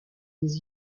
les